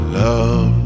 love